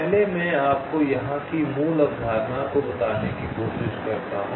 पहले मैं आपको यहां की मूल अवधारणा को बताने की कोशिश करता हूं